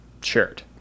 shirt